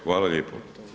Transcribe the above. Hvala lijepo.